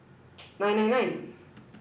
nine nine nine